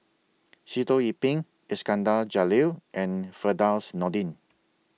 Sitoh Yih Pin Iskandar Jalil and Firdaus Nordin